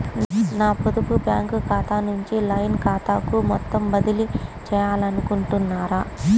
నా పొదుపు బ్యాంకు ఖాతా నుంచి లైన్ ఖాతాకు మొత్తం బదిలీ చేయాలనుకుంటున్నారా?